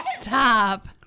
Stop